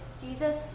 Jesus